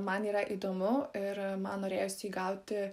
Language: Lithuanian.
man yra įdomu ir man norėjosi įgauti